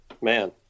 man